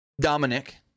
Dominic